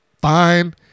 fine